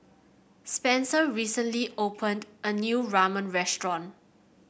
Spencer recently opened a new Ramen restaurant